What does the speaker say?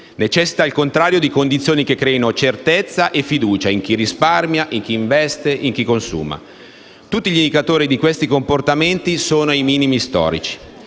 necessita, al contrario, di condizioni che creino certezze e fiducia, in chi risparmia, in chi investe e in chi consuma: tutti gli indicatori di questi comportamenti sono ai minimi storici.